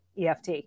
EFT